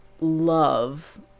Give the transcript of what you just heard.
love